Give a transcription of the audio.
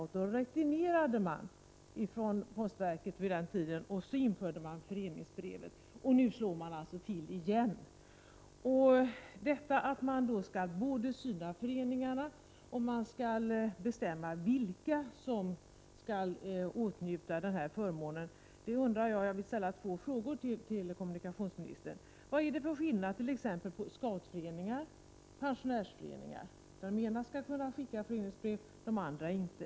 Inför detta retirerade postverket och införde föreningsbrev. Nu slår postverket alltså till igen. Postverket skall nu syna föreningarna och bestämma vilka som skall åtnjuta denna förmån. Jag vill ställa ytterligare några frågor till kommunikationsministern. Vad är det för skillnad på scoutföreningar och pensionärsföreningar? Den ena skall kunna skicka föreningsbrev, den andra inte.